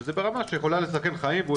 שזה ברמה שיכולה לסכן חיים.